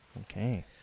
okay